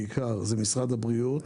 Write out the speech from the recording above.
זה בעיקר משרד הבריאות.